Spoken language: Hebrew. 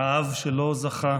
האב שלא זכה